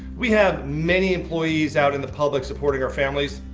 we have many employees out in the public supporting our families,